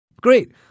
Great